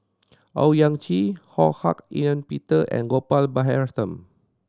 Owyang Chi Ho Hak Ean Peter and Gopal Baratham